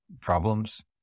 problems